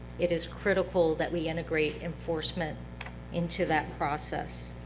it is critical that we integrate enforcement into that process.